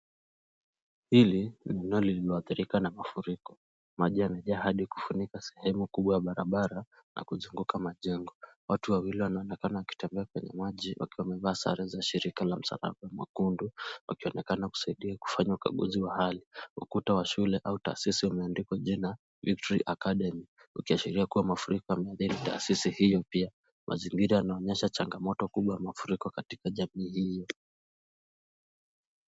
Hili ni eneo lililoadhirika na mafuriko. Maji yamejaa hadi kufunika sehemu kubwa ya barabara na kuzunguka majengo. Watu wawili wanaonekana wakitembea kwenye maji, wakiwa wamevaa sare za shirika la Msalaba Mwekundu wakionekana kusaidia kufanya ukaguzi wa hali. Ukuta wa shule au taasisi umeandikwa jina Victory Academy ikiashiria kuwa mafuriko yameadhiri taasisi hiyo pia. Mazingira yanaonyesha changamoto kubwa ya mafuriko katika jamii hii.